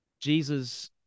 Jesus